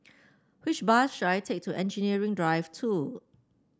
which bus should I take to Engineering Drive Two